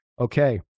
okay